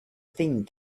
thing